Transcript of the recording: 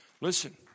Listen